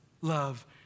love